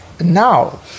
now